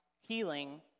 healing